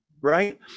right